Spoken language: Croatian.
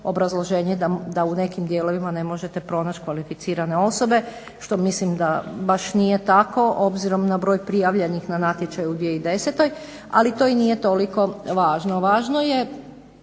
Obrazloženje je da u nekim dijelovima ne možete pronaći kvalificirane osobe što mislim da baš nije tako obzirom na broj prijavljenih na natječaj u 2010., ali to i nije toliko važno.